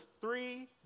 three